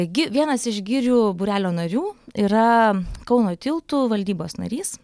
gi vienas iš girių būrelio narių yra kauno tiltų valdybos narys